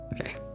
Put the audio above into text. okay